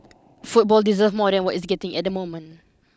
football deserve more than what it's getting at the moment